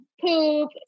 poop